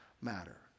matter